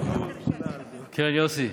כן, יוסי.